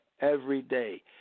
everyday